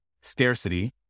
scarcity